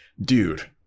Dude